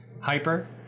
Hyper